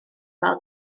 bêl